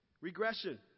Regression